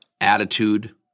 attitude